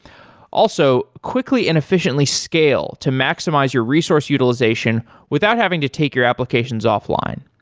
also, quickly and efficiently scale to maximize your resource utilization without having to take your applications offline.